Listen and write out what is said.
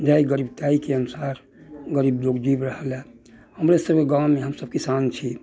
जाहि गरीबताइके अनुसार गरीब लोग जीब रहल अइ हमरे सभकेँ गाँवमे हमसभ किसान छी